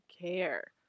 care